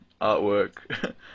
artwork